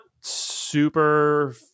super